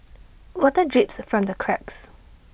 water drips from the cracks